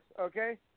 okay